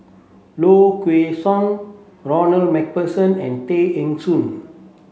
Low Kway Song Ronald MacPherson and Tay Eng Soon